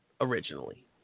originally